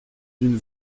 d’une